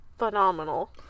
Phenomenal